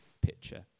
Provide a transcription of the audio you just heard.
picture